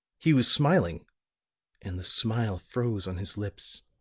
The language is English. he was smiling and the smile froze on his lips,